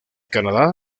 canadá